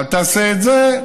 אל תעשה את זה.